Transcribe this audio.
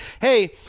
Hey